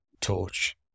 torch